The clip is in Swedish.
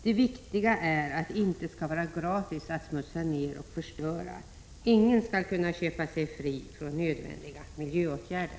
Det viktigaste är att det inte skall vara gratis att smutsa ner och förstöra. Ingen skall kunna köpa sig fri från nödvändiga miljöåtgärder.